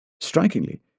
Strikingly